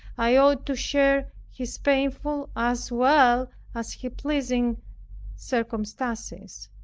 i ought to share his painful as well as his pleasing circumstances.